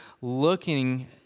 looking